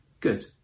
Good